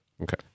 okay